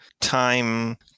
time